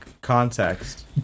context